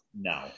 No